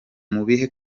mubihe